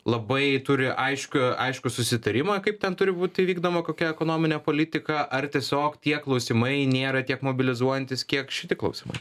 labai turi aiškią aiškų susitarimą kaip ten turi būti vykdoma kokia ekonominė politika ar tiesiog tie klausimai nėra tiek mobilizuojantys kiek šiti klausimai